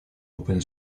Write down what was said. open